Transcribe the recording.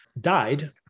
died